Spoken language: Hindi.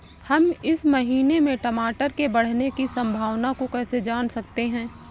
हम इस महीने में टमाटर के बढ़ने की संभावना को कैसे जान सकते हैं?